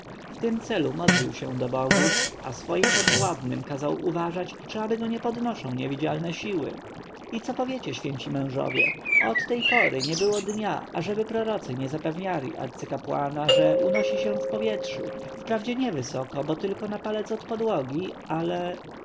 tym celu modlił się do bogów a swoim podwładnym kazał uważać czy go nie podnoszą niewidzialne siły i co powiecie święci mężowie od tej pory nie było dnia ażeby prorocy nie zapewniali arcykapłana że unosi się w powietrzu wprawdzie niewysoko bo tylko na palec od podłogi ale